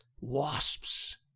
Wasps